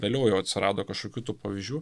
vėliau jau atsirado kažkokių tų pavyzdžių